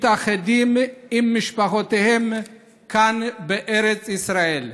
מתאחדים עם משפחותיהם כאן, בארץ ישראל.